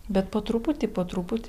bet po truputį po truputį